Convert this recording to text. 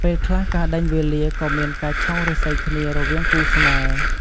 ពេលខ្លះការដេញវេលាក៏មានការឆុងរាសីគ្នារវាងគូស្នេហ៍។